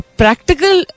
practical